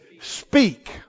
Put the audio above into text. speak